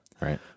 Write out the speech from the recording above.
Right